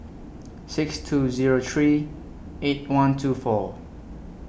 six two Zero three eight one two four